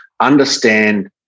understand